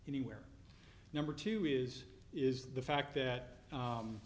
anywhere number two is is the fact that